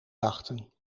dachten